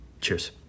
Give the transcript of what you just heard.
Cheers